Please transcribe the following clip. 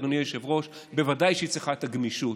אדוני היושב-ראש, ודאי שהיא צריכה את הגמישות.